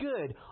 good